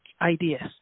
ideas